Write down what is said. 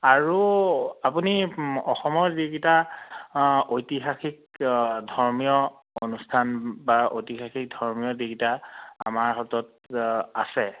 আৰু আপুনি অসমৰ যিকেইটা ঐতিহাসিক ধৰ্মীয় অনুষ্ঠান বা ঐতিহাসিক ধৰ্মীয় যিকেইটা আমাৰ হাতত আছে